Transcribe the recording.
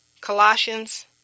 Colossians